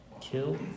Kill